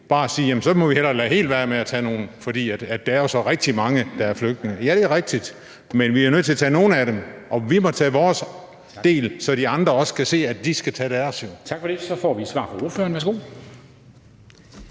Jamen så må vi hellere lade helt være med at tage nogen, fordi der er så mange, der er flygtninge. Ja, det er rigtigt, at der er rigtig mange, men vi er jo nødt til at tage nogle af dem, og vi må tage vores del, så de andre også kan se, at de skal tage deres.